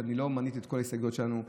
ולא מניתי את כל ההסתייגויות שלנו,